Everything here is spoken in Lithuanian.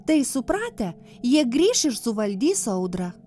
tai supratę jie grįš ir suvaldys audrą